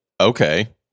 okay